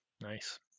nice